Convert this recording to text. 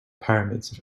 pyramids